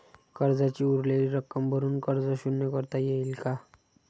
कर्जाची उरलेली रक्कम भरून कर्ज शून्य करता येईल का?